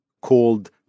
called